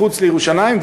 מחוץ לירושלים.